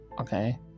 okay